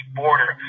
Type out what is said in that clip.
border